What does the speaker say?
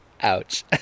Ouch